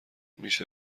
میشه